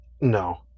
No